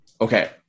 Okay